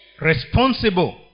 responsible